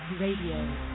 Radio